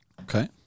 Okay